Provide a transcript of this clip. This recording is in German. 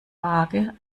waage